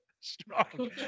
strong